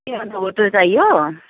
ए अन्त होटल चाहियो